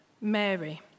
Mary